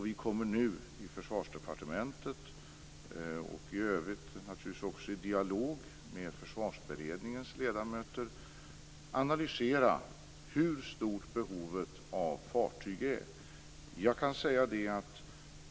Vi kommer i Försvarsdepartementet, i dialog med Försvarsberedningens ledamöter, att analysera hur stort behovet av fartyg är.